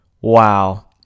Wow